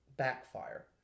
Backfire